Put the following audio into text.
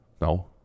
No